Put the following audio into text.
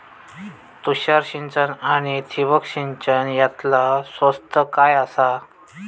तुषार सिंचन आनी ठिबक सिंचन यातला स्वस्त काय आसा?